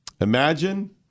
Imagine